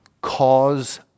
cause